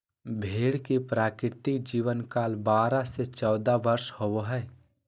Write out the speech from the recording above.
भेड़ के प्राकृतिक जीवन काल बारह से चौदह वर्ष होबो हइ